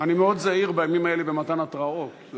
אני מאוד זהיר בימים האלה במתן התראות.